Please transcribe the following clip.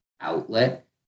outlet